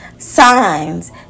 signs